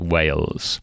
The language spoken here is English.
Wales